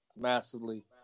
massively